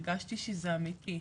הרגשתי שזה אמיתי,